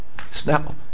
snap